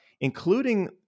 including